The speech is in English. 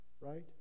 Right